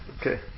Okay